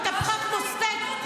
היא התהפכה כמו סטייק.